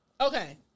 Okay